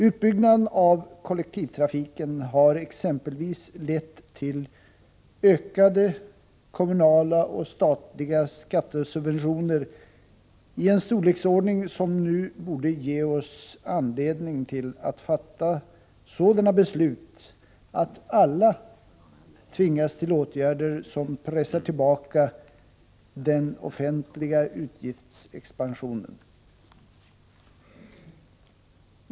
Utbyggnaden av kollektivtrafiken har exempelvis lett till ökade kommunala och statliga skattesubventioner i en storleksordning som nu borde ge oss anledning att fatta sådana beslut som innebär att alla tvingas till åtgärder som pressar tillbaka den offentliga utgiftsexpansionen.